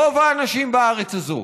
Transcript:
רוב האנשים בארץ הזו,